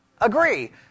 Agree